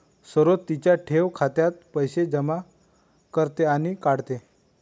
सरोज तिच्या ठेव खात्यात पैसे जमा करते आणि काढते